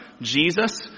Jesus